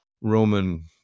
Roman